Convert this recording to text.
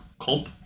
Culp